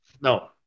No